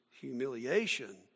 humiliation